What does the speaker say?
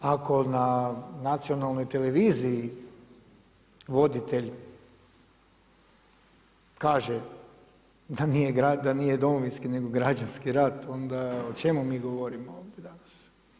Ako na nacionalnoj televiziji voditelj kaže da nije Domovinski nego građanski rat onda o čemu mi govorimo ovdje danas.